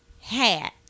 hat